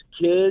kids